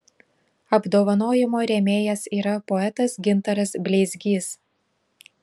apdovanojimo rėmėjas yra poetas gintaras bleizgys